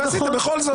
ועשיתם בכל זאת.